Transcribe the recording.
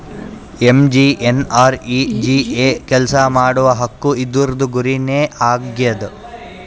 MGNREGA ಕೆಲ್ಸಾ ಮಾಡುವ ಹಕ್ಕು ಇದೂರ್ದು ಗುರಿ ನೇ ಆಗ್ಯದ